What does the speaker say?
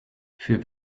für